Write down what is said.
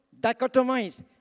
dichotomize